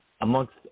amongst